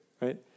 right